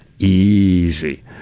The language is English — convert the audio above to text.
easy